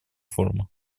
форума